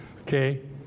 Okay